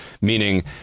Meaning